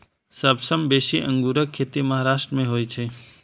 सबसं बेसी अंगूरक खेती महाराष्ट्र मे होइ छै